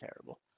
terrible